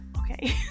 okay